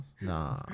Nah